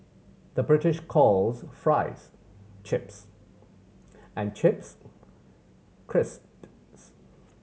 the British calls fries chips and chips crisps